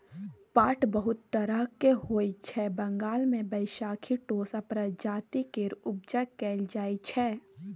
पाट बहुत तरहक होइ छै बंगाल मे बैशाखी टोसा प्रजाति केर उपजा कएल जाइ छै